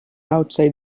outside